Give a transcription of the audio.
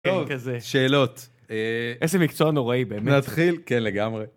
אין כזה. שאלות. איזה מקצוע נוראי באמת. נתחיל? כן, לגמרי.